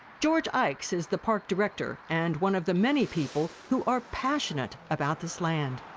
george ickes is the park director and one of the many people who are passionate about this land.